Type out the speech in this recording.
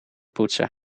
poetsen